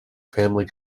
family